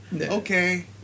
Okay